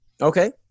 Okay